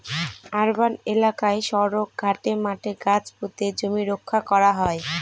urban এলাকায় সড়ক, ঘাটে, মাঠে গাছ পুঁতে জমি রক্ষা করা হয়